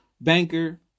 banker